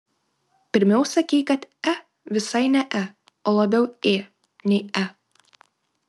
pirmiau sakei kad e visai ne e o labiau ė nei e